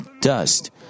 dust